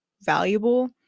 valuable